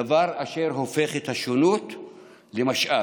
דבר אשר הופך את השונות למשאב.